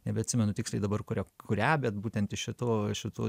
nebeatsimenu tiksliai dabar kuria kurią bet būtent šito šito